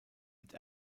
mit